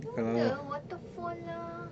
ada waterfall lah